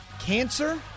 cancer